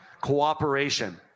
cooperation